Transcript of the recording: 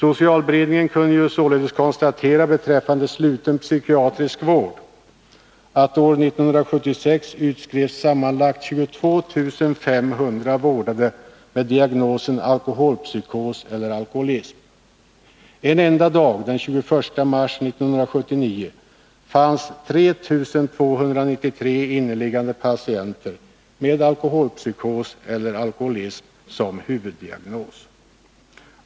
Socialberedningen kunde således beträffande sluten psykiatrisk vård konstatera att år 1976 utskrevs sammanlagt 22 500 vårdade med diagnosen alkoholpsykos eller alkoholism. En enda dag, den 21 mars 1979, fanns 3 293 inneliggande patienter med alkoholpsykos eller alkoholism som huvuddiagnos.